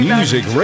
Music